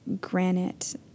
granite